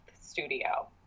studio